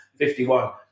51